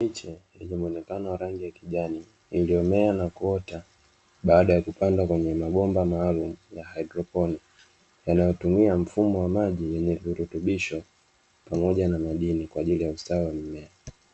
Miche yenye muonekano wa rangi ya kijani, iliyomea na kuota baada ya kupandwa kwenye mabomba maalum ya haidroponi, yanayotumia mfumo wa maji yenye virutubisho pamoja na madini kwa ajili ya ustawi wa mimea.